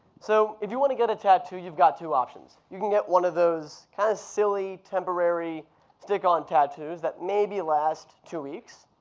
so if you wanna get a tattoo, you've got two options. you can get one of those kinda kind of silly temporary stick-on tattoos that maybe last two weeks,